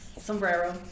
Sombrero